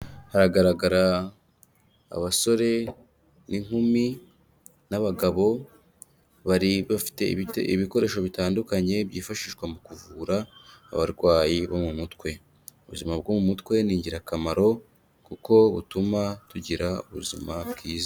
Haragaragara abasore, n'inkumi, n'abagabo, bari bafite ibi ibikoresho bitandukanye byifashishwa mu kuvura abarwayi bo mu mutwe. Ubuzima bwo mu mutwe ni ingirakamaro kuko butuma tugira ubuzima bwiza.